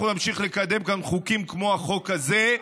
אנחנו נמשיך לקדם כאן חוקים כמו החוק הזה,